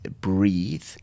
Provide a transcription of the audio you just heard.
breathe